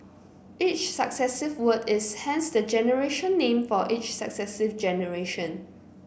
each successive word is hence the generation name for each successive generation